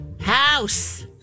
House